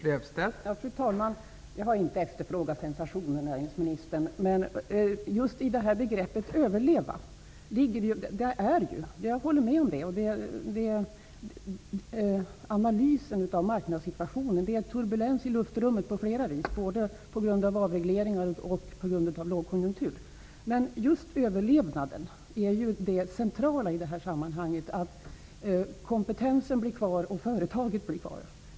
Fru talman! Jag har inte frågat efter sensationer, näringsministern. Analysen av marknadssituationen visar på en turbulens i luftrummet på flera vis -- både på grund av avreglering och på grund av lågkonjunktur. Men just överlevnaden är det centrala i det här sammanhanget. Kompetensen blir kvar om företaget blir kvar.